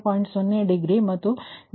0 degree ಮತ್ತು V30 1